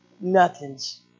nothing's